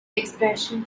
expression